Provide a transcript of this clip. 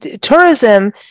tourism